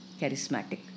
Charismatic